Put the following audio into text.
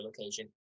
location